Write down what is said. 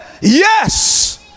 yes